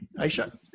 Aisha